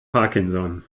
parkinson